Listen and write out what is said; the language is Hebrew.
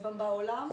גם בעולם,